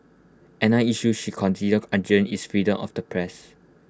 another issue she considers urgent is freedom of the press